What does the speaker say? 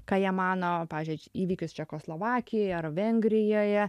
ką jie mano pavyzdžiui įvykius čekoslovakijoj ar vengrijoje